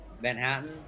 Manhattan